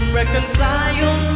reconcile